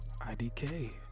IDK